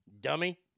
dummy